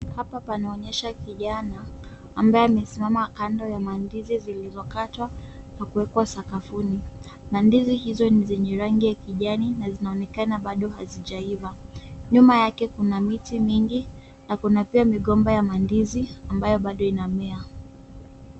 Hapa panaonyesha kijana ambaye amesimama kando ya mandizi zilizokatwa na kuwekwa sakafuni. Mandizi hizo ni zenye rangi ya kijani na zinaonekana bado hazijaiva. Nyuma yake kuna miti mingi na kuna pia migomba ya mandizi ambayo bado inamea.